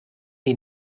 die